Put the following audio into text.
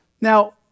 Now